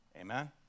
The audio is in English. Amen